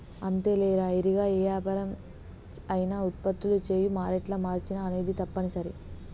అంతేలేరా ఇరిగా ఏ యాపరం అయినా ఉత్పత్తులు చేయు మారేట్ల మార్చిన అనేది తప్పనిసరి